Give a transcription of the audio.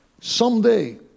Someday